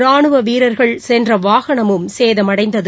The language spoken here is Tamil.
ராணுவவீரர்கள் சென்றவாகனமும் சேதமடைந்தது